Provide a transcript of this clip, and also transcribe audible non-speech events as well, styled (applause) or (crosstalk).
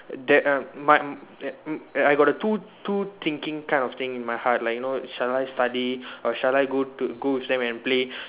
that uh my (noise) I got the two two thinking kind of thing in my heart like you know shall I study or shall I go to go with them and play